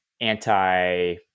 anti